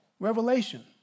Revelation